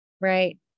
right